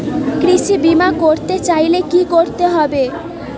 কৃষি বিমা করতে চাইলে কি করতে হবে?